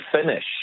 finish